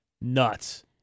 nuts